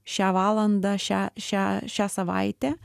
šią valandą šią šią šią savaitę